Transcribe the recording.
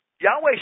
Yahweh